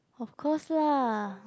of course lah